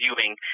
viewing